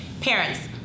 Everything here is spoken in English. Parents